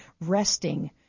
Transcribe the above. resting